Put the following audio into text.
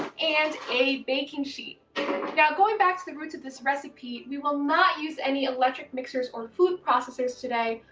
and a baking sheet. now going back to the roots of this recipe, we will not use any electric mixers or food processors today.